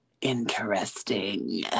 interesting